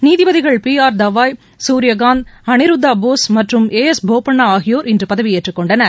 நீதிபதிகள் B R Gavai Suryakant Aniruddha Bose மற்றும் A S Bopanna ஆகியோர் இன்று பதவியேற்றுக் கொண்டனர்